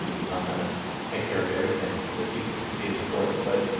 it's not going to take care of everything that people see as important, but